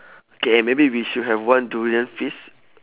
K eh maybe we should have one durain feast